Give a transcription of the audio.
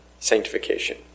sanctification